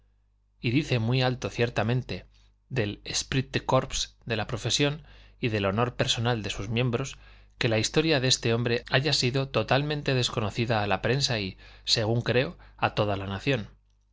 y dice muy alto ciertamente del esprit de corps de la profesión y del honor personal de sus miembros que la historia de este hombre haya sido totalmente desconocida a la prensa y según creo a toda la nación